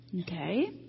Okay